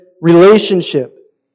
relationship